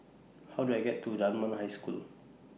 How Do I get to Dunman High School